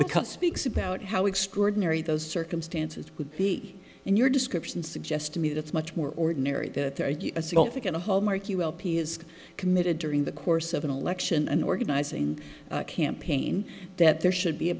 because speaks about how extraordinary those circumstances would be in your description suggests to me that it's much more ordinary that there is a significant a hole mark u l p is committed during the course of an election an organizing campaign that there should be a